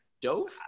Dove